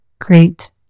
great